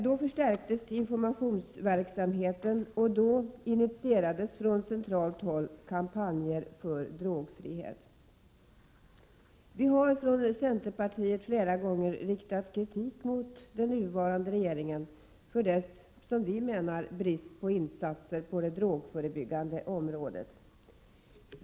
Då förstärktes informationsverksamheten, och då initierades från centralt håll kampanjer för drogfrihet. Vi har från centerpartiet flera gånger riktat kritik mot den nuvarande regeringen för, som vi menar, dess brist på insatser på det drogförebyggande området.